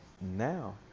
Now